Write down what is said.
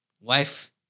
wife